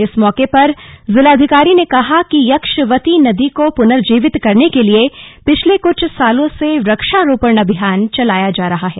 इस मौके पर जिलाधिकारी ने कहा कि यक्षवती नदी को पुनर्जीवित करने के लिए पिछले कुछ सालों से वृक्षारोपण अभियान चलाया जा रहा है